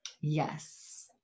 yes